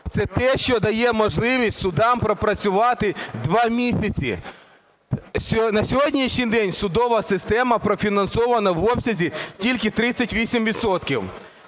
це те, що дає можливість судам пропрацювати два місяці. На сьогоднішній день судова система профінансована в обсязі тільки 38